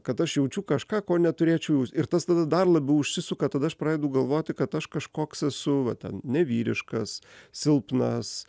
kad aš jaučiu kažką ko neturėčiau jaust ir tas tada dar labiau užsisuka tada aš pradedu galvoti kad aš kažkoks esu va ten nevyriškas silpnas